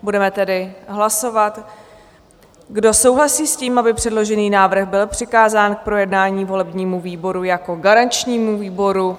Budeme tedy hlasovat, kdo souhlasí s tím, aby předložený návrh byl přikázán k projednání volebnímu výboru jako garančnímu výboru.